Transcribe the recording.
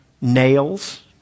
nails